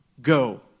go